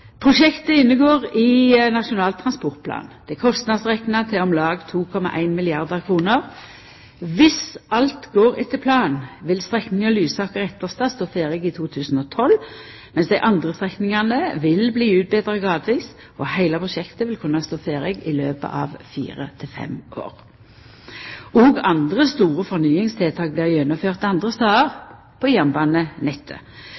Prosjektet inngår i Nasjonal transportplan. Det er kostnadsrekna til om lag 2,1 milliardar kr. Dersom alt går etter planen, vil strekninga Lysaker–Etterstad stå ferdig i 2012, mens dei andre strekningane vil bli utbetra gradvis, og heile prosjektet vil kunna stå ferdig i løpet av fire–fem år. Også andre store fornyingstiltak blir gjennomførte andre